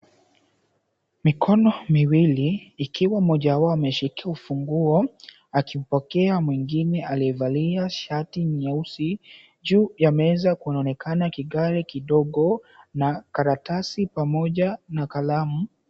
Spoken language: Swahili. Mikono miwili, ikiwa mmoja wao ameshika ufunguo, akipokea mwingine aliyevalia shati nyeusi. Juu ya meza kuonekana kigari kidogo na karatasi pamoja na kalamu.